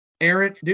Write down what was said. Aaron